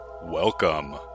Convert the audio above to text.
Welcome